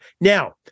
Now